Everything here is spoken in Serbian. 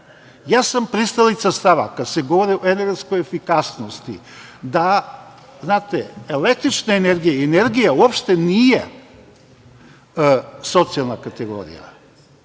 rasipa. Pristalica sam stava, kada se govori o energetskoj efikasnosti, da električna energija i energija uopšte nije socijalna kategorija.